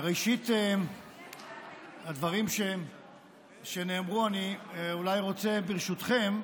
ראשית, הדברים שנאמרו, אני אולי רוצה, ברשותכם,